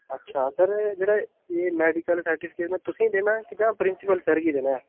अच्छा सर एह् जेह्ड़ा एह् मेडिकल सर्टिफिकेट मैं तुसीं देना ऐ कि जां प्रिंसिपल सर गी देना ऐ